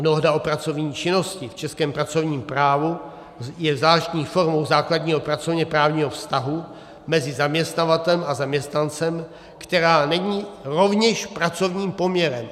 Dohoda o pracovní činnosti v českém pracovním právu je zvláštní formou základního pracovněprávního vztahu mezi zaměstnavatelem a zaměstnancem, která není rovněž pracovním poměrem.